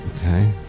Okay